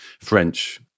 French